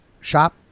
shop